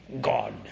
God